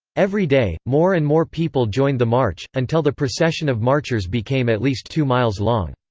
every day, more and more people joined the march, until the procession of marchers became at least two miles long.